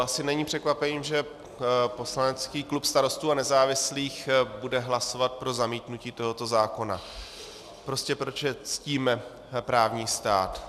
Asi není překvapením, že poslanecký klub Starostů a nezávislých bude hlasovat pro zamítnutí tohoto zákona, prostě protože ctíme právní stát.